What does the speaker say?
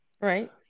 Right